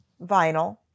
vinyl